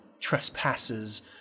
trespasses